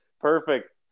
Perfect